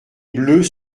bleus